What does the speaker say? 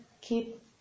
keep